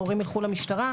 ההורים ילכו למשטרה,